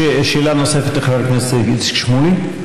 שאלה נוספת לחבר הכנסת איציק שמולי.